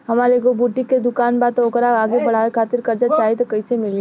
हमार एगो बुटीक के दुकानबा त ओकरा आगे बढ़वे खातिर कर्जा चाहि त कइसे मिली?